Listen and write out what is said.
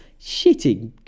shitting